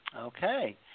Okay